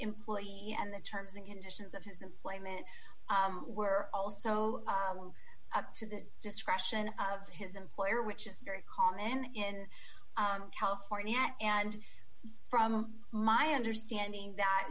employee and the terms and conditions of his employment were also up to the discretion of his employer which is very common and in california and from my understanding that